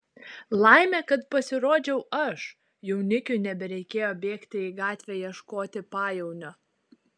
laimė kad pasirodžiau aš jaunikiui nebereikėjo bėgti į gatvę ieškoti pajaunio